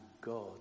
God